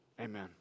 amen